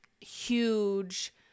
huge